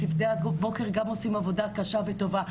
צוותי הבוקר גם עושים עבודה קשה וטובה,